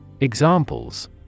Examples